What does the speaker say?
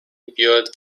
بیاد